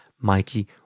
Mikey